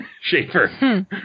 Schaefer